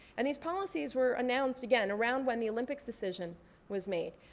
and these policies were announced again around when the olympics decision was made.